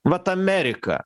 vat amerika